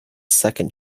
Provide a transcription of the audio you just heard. second